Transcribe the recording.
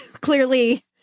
clearly